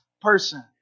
person